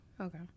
Okay